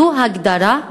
זו ההגדרה.